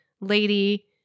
lady